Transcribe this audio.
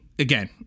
again